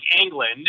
England